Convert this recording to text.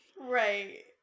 right